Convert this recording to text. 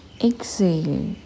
Exhale